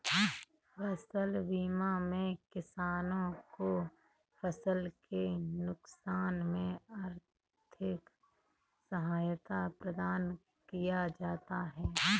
फसल बीमा में किसानों को फसल के नुकसान में आर्थिक सहायता प्रदान किया जाता है